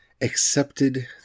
accepted